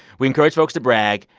we encourage folks to brag.